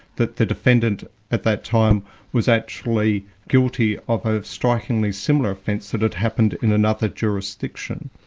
that the defendant at that time was actually guilty of a strikingly similar offence that had happened in another jurisdiction.